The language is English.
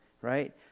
right